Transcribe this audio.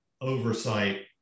oversight